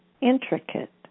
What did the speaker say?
intricate